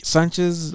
Sanchez